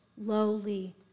Lowly